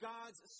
God's